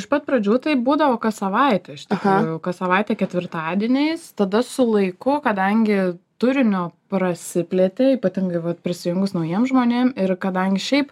iš pat pradžių tai būdavo kas savaitę iš tikrųjų kas savaitę ketvirtadieniais tada su laiku kadangi turinio prasiplėtė ypatingai vat prisijungus naujiem žmonėm ir kadangi šiaip